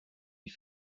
die